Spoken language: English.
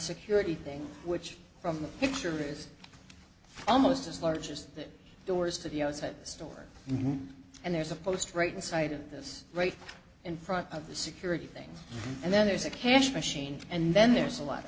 security thing which from the picture is almost as large as the doors to the outside the store and there's a post right inside of this right in front of the security things and then there's a cash machine and then there's a lot of